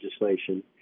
legislation